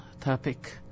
topic